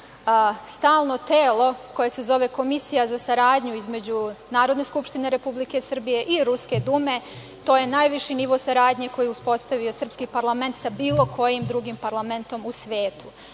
stalno telo koje se zove Komisija za saradnju između Narodne skupštine Republike Srbije i Ruske Dume, to je najviši nivo saradnje koji je uspostavio srpski parlament sa bilo kojim drugim parlamentom u svetu. Ruska